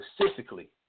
specifically